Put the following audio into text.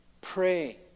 pray